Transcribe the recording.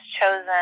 chosen